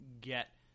get